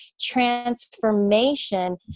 transformation